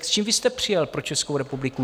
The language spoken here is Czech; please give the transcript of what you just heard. S čím vy jste přijel pro Českou republiku?